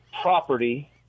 property